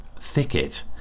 thicket